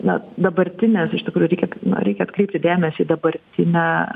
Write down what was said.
na dabartinės iš tikrųjų reikia na reikia atkreipti dėmesį į dabartinę